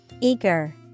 Eager